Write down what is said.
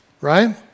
Right